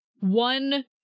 one